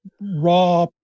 raw